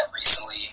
recently